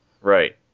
Right